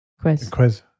quiz